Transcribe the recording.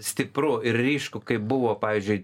stipru ir ryšku kaip buvo pavyzdžiui